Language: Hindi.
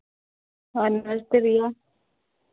हाँ नमस्ते भैया